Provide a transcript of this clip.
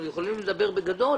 אנחנו יכולים לדבר בגדול.